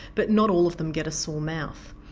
but not all of them get a sore mouth.